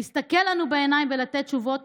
להסתכל לנו בעיניים ולתת תשובות.